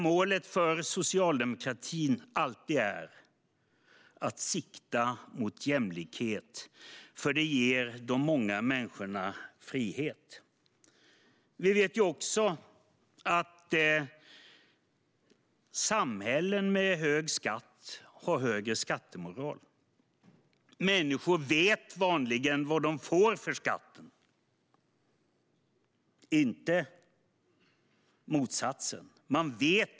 Målet för socialdemokratin är alltid att sikta mot jämlikhet, för det ger de många människorna frihet. Vi vet också att samhällen med hög skatt har högre skattemoral. Människor vet vanligen vad de får för skatten, inte motsatsen.